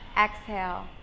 exhale